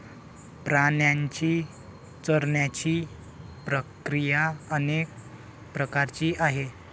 प्राण्यांची चरण्याची प्रक्रिया अनेक प्रकारची आहे